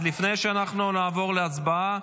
אז לפני שנעבור להצבעה,